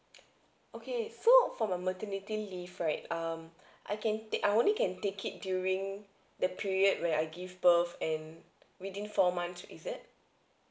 okay so for my maternity leave right um I can take I only can take it during the period where I give birth and within four months is it